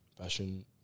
fashion